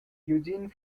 eugene